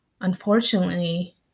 Unfortunately